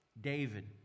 David